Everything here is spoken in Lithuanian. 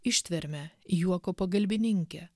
ištverme juoko pagalbininke